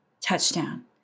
touchdown